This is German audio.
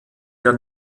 der